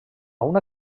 una